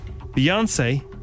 Beyonce